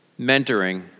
mentoring